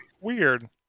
weird